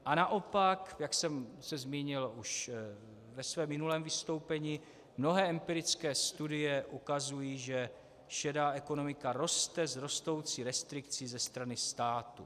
A naopak, jak jsem se zmínil už ve svém minulém vystoupení, mnohé empirické studie ukazují, že šedá ekonomika roste s rostoucí restrikcí ze strany státu.